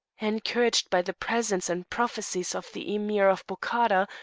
encouraged by the presence and prophecies of the emir of bokhara,